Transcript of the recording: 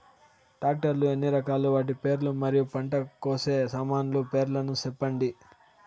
Tractor లు ఎన్ని రకాలు? వాటి పేర్లు మరియు పంట కోసే సామాన్లు పేర్లను సెప్పండి?